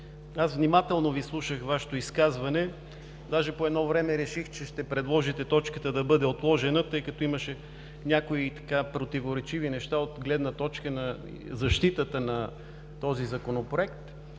внимателно слушах Вашето изказване. Даже по едно време реших, че ще предложите точката да бъде отложена, тъй като имаше някои противоречиви неща от гледна точка на защитата на този Законопроект.